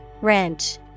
Wrench